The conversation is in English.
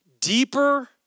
deeper